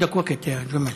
כמה דקות, ג'מאל?